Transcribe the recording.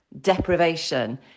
deprivation